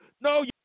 No